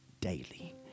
daily